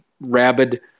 rabid